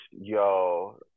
yo